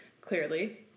clearly